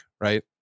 right